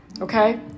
okay